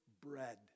bread